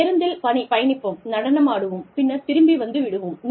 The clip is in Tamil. பேருந்தில் பயணிப்போம் நடனமாடுவோம் பின்னர் திரும்பி வந்து விடுவோம்